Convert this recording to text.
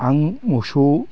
आं मोसौ